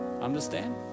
Understand